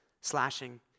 slashing